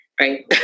right